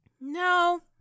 No